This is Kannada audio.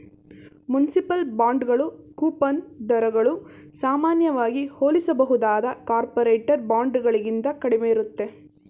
ಮುನ್ಸಿಪಲ್ ಬಾಂಡ್ಗಳು ಕೂಪನ್ ದರಗಳು ಸಾಮಾನ್ಯವಾಗಿ ಹೋಲಿಸಬಹುದಾದ ಕಾರ್ಪೊರೇಟರ್ ಬಾಂಡ್ಗಳಿಗಿಂತ ಕಡಿಮೆ ಇರುತ್ತೆ